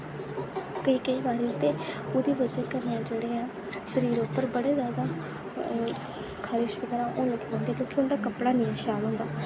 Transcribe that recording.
केईं केईं बारी ते ओह्दी बजह कन्नै शरीर उप्पर बड़ी ज्यादा खारिश बगैरा होन लगी पोंदी क्योंकि उं'दा कपड़ा नेईं शैल होंदा